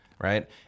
right